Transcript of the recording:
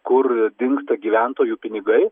kur dingsta gyventojų pinigai